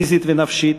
פיזית ונפשית,